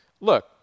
Look